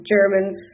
Germans